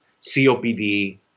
COPD